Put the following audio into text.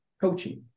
coaching